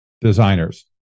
designers